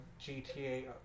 GTA